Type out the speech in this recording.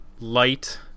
Light